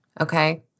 okay